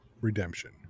redemption